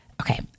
Okay